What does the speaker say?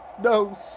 no